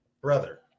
brother